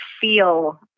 feel